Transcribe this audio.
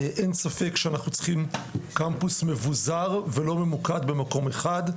אין ספק שאנחנו צריכים קמפוס מבוזר ולא ממוקד במקום אחד,